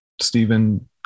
Stephen